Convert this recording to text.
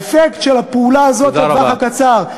האפקט של הפעולה הזאת בטווח הקצר,